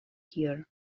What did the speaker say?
here